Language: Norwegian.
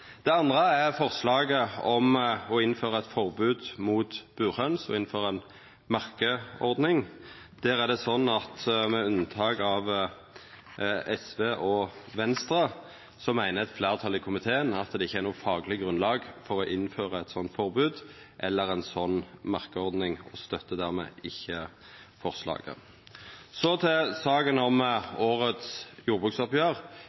Det andre er forslaget om å innføra eit forbod mot burhøns og innføra ei merkeordning. Der er det sånn at med unntak av SV og Venstre meiner eit fleirtal i komiteen at det ikkje er noko fagleg grunnlag for å innføra eit sånt forbod eller ei sånn merkeordning og støttar dermed ikkje forslaget. Så til saka om årets jordbruksoppgjer